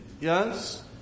yes